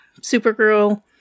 Supergirl